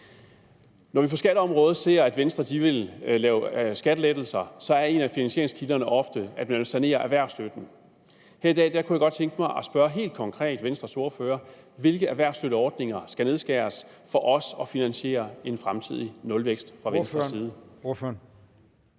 Når vi på skatteområdet ser, at Venstre vil lave skattelettelser, ser vi også, at en af finansieringskilderne ofte er, at man vil sanere erhvervsstøtten. I dag kunne jeg godt tænke mig helt konkret at spørge Venstres ordfører om, hvilke erhvervsstøtteordninger der skal skæres ned på for at finansiere en fremtidig nulvækst. Kl.